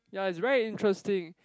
ya it's very interesting